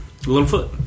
Littlefoot